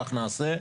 כך נעשה,